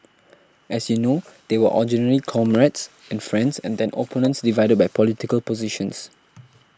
as you know they were originally comrades and friends and then opponents divided by political positions